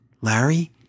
Larry